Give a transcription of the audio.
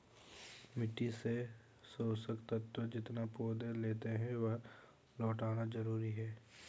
मिट्टी से पोषक तत्व जितना पौधे लेते है, वह लौटाना जरूरी है